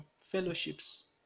fellowships